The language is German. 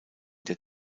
der